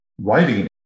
writing